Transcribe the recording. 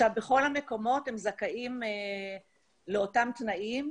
בכל המקומות הם זכאים לאותם תנאים.